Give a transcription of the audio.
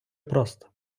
просто